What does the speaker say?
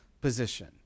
position